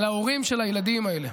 על ההורים של הילדים האלה.